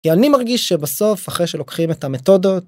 כי אני מרגיש שבסוף, אחרי שלוקחים את המתודות...